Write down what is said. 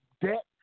debt